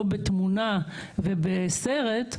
לא בתמונה ובסרט,